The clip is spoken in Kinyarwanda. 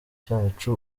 cyacu